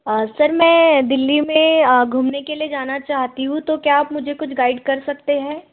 sir मैं दिल्ली में घूमने के लिए जाना चाहती हूँ तो क्या आप मुझे कुछ गाइड कर सकते हैं